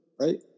right